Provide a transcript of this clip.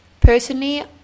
Personally